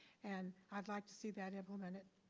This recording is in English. and i'd like to see that implemented.